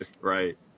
right